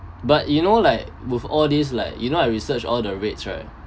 but you know like with all these like you know I researched all the rates right